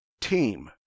Team